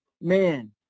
man